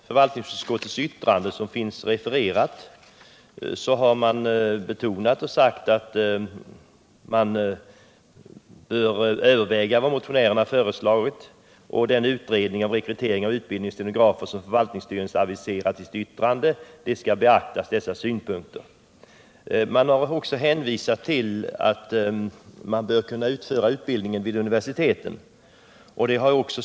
Utskottet betonar i sin skrivning vikten av att de av motionärerna framförda förslagen bör övervägas i den utredning rörande rekrytering och utbildning av stenografer som förvaltningsstyrelsen aviserat i sitt yttrande. I förvaltningsstyrelsens yttrande, som finns refererat i betänkandet, anförs att utbildningen borde kunna förläggas till universitet.